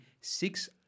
Six